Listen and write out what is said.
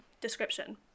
description